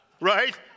Right